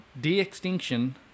de-extinction